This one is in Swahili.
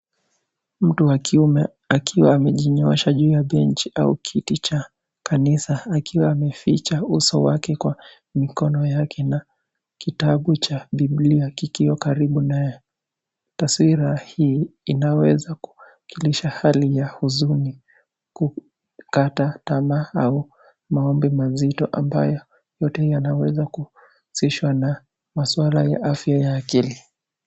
Mtu wa kiume akiwa amejinyoosha juu ya benchi au kiti cha kanisa akiwa ameficha uso wake kwa mikono yake na kitabu cha bibilia kikiwa karibu naye. Taswira hii inaweza kuakilisha hali ya huzuni, kukata tamaa au maombi mazito ambayo yote yanaweza kuhusishwa na maswala ya afya ya akili.